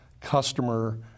customer